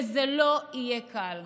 וזה לא יהיה קל.